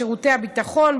בשירותי הביטחון,